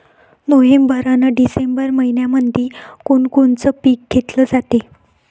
November अन December मइन्यामंधी कोण कोनचं पीक घेतलं जाते?